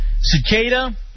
Cicada